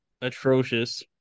atrocious